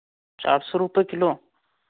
चार सौ रुपये किलो